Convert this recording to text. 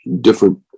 different